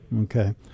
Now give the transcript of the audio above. okay